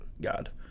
God